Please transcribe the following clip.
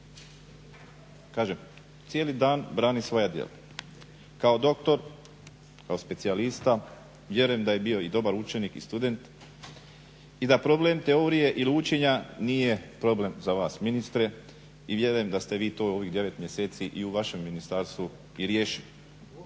kažem cijeli dan brani svoja djela. Kao doktor, kao specijalista vjerujem da je bio i dobar učenik i student i da problem teorije ili učenja nije problem za vas ministre i vjerujem da ste vi to u ovih 9 mjeseci i u vašem ministarstvo i riješili.